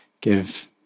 give